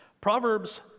Proverbs